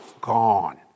gone